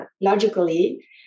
logically